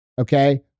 Okay